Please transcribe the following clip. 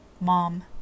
Mom